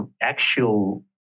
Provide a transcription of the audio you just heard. actual